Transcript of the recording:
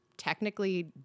technically